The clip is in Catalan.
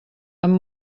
amb